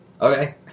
Okay